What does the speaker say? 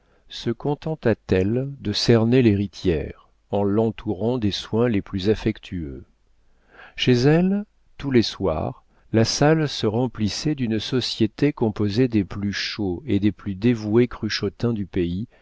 se contenta t elle de cerner l'héritière en l'entourant des soins les plus affectueux chez elle tous les soirs la salle se remplissait d'une société composée des plus chauds et des plus dévoués cruchotins du pays